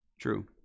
True